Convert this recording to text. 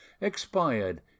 expired